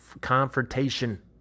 Confrontation